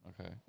Okay